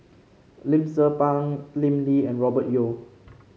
Lim Tze Peng Lim Lee and Robert Yeo